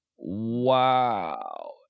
Wow